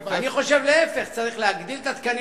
אני חושב להיפך, צריך להגדיל את התקנים